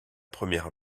première